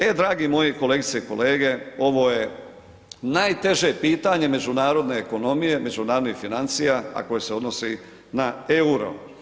E dragi moji kolegice i kolege, ovo je najteže pitanje međunarodne ekonomije, međunarodnih financija a koje se odnosi na euro.